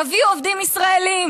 תביאו עובדים ישראלים,